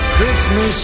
Christmas